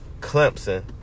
Clemson